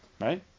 right